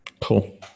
Cool